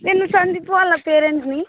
నేను సందీప్ వాళ్ళ పేరెంట్ని